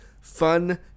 fun